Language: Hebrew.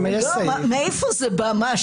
מאיפה זה בא?